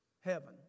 heaven